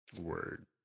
Word